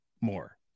more